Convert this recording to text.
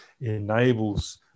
enables